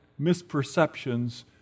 misperceptions